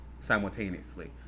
simultaneously